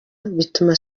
bituma